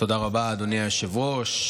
תודה רבה, אדוני היושב-ראש.